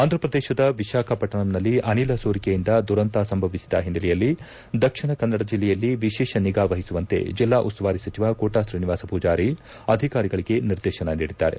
ಆಂಧಪ್ರದೇಶದ ವಿಶಾಖಪಟ್ಟಣಂನಲ್ಲಿ ಅನಿಲ ಸೋರಿಕೆಯಿಂದ ದುರಂತ ಸಂಭವಿಸಿದ ಹಿನ್ನೆಲೆಯಲ್ಲಿ ದಕ್ಷಿಣಕನ್ನಡ ಜಿಲ್ಲೆಯಲ್ಲಿ ವಿಶೇಷ ನಿಗಾ ವಹಿಸುವಂತೆ ಜಿಲ್ಲಾ ಉಸ್ತುವಾರಿ ಸಚಿವ ಕೋಟ ಶ್ರೀನಿವಾಸ ಮೂಜಾರಿ ಅಧಿಕಾರಿಗಳಿಗೆ ನಿರ್ದೇಶನ ನೀಡಿದ್ದಾರೆ